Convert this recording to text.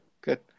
Good